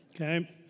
okay